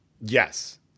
Yes